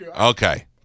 Okay